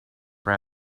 for